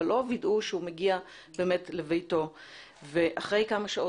אבל לא וידאו שהוא מגיע באמת לביתו ואחרי כמה שעות